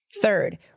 Third